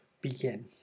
begin